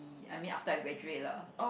I mean after I graduate lah